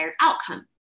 outcome